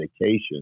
medication